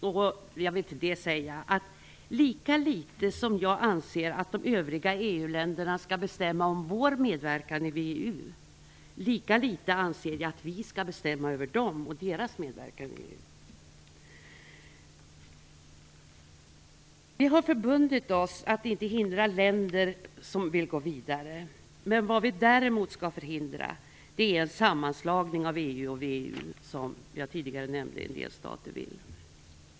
Jag vill med anledning av det säga: Lika litet som jag anser att de övriga EU-länderna skall bestämma om vår medverkan i VEU, lika litet anser jag att vi skall bestämma över dem och deras medverkan i VEU. Vi har förbundit oss att inte hindra länder som vill gå vidare. Vad vi däremot skall förhindra är en sammanslagning av EU och VEU, som jag tidigare nämnde att en del stater vill ha.